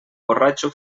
borratxo